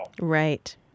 Right